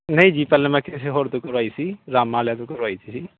ਨਹੀਂ ਜੀ ਪਹਿਲਾਂ ਮੈਂ ਕਿਸੇ ਹੋਰ ਤੋਂ ਕਰਵਾਈ ਸੀ ਰਾਮਾ ਵਾਲਿਆਂ ਤੋਂ ਕਰਵਾਈ ਸੀ